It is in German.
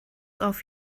auf